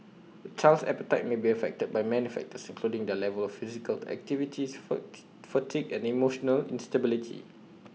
A child's appetite may be affected by many factors including their level of physical activities fatigue and emotional instability